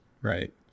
Right